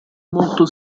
molto